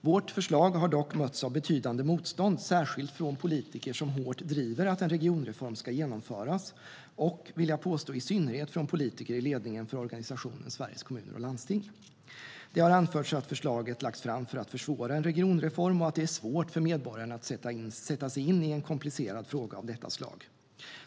Vårt förslag har dock mötts av betydande motstånd, särskilt från politiker som hårt driver att en regionreform ska genomföras och, vill jag påstå, i synnerhet från politiker i ledningen för organisationen Sveriges Kommuner och Landsting. Det har anförts att förslaget lagts fram för att försvåra en regionreform och att det är svårt för medborgarna att sätta sig in i en komplicerad fråga av detta slag.